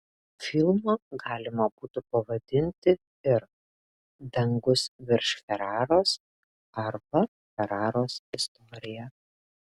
filmą galima būtų pavadinti ir dangus virš feraros arba feraros istorija